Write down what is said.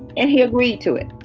and he agreed to it